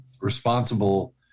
responsible